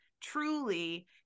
truly